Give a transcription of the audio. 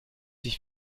ich